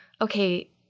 okay